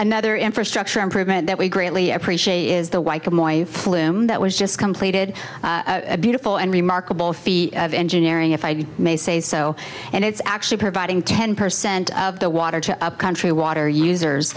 another infrastructure improvement that we greatly appreciate is the white flume that was just completed a beautiful and remarkable feat of engineering if i may say so and it's actually providing ten percent of the water to country water users